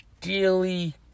daily